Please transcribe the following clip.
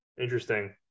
Interesting